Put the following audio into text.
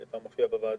הוא גם הופיע בוועדה.